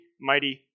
mighty